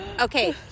okay